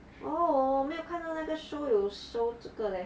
orh 我没有看到那个 show 有 show 这个 leh yeah that's what I think is correct